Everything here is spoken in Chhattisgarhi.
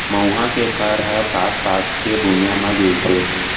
मउहा के फर ह पाक पाक के भुंइया म गिरथे